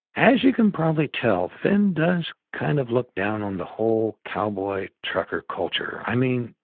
as you can probably tell, finn does kind of look down on the whole cowboy trucker culture. i mean,